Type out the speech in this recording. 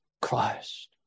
Christ